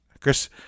Chris